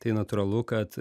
tai natūralu kad